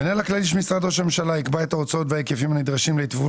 המנהל הכללי של משרד ראש הממשלה יקבע את ההוצאות וההיקפים הנדרשים לתפעול